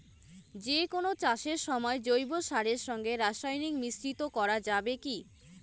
যে কোন চাষের সময় জৈব সারের সঙ্গে রাসায়নিক মিশ্রিত করা যাবে কি?